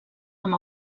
amb